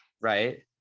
Right